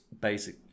basic